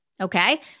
Okay